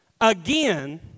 again